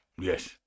Yes